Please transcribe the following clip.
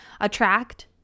Attract